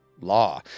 law